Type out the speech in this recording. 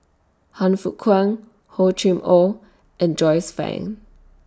Han Fook Kwang Hor Chim Or and Joyce fan